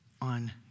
on